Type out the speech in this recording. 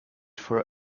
for